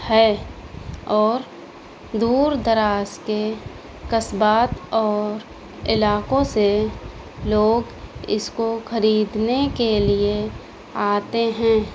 ہے اور دور دراز کے قصبات اور علاقوں سے لوگ اس کو خریدنے کے لیے آتے ہیں